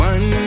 One